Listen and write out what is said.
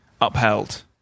upheld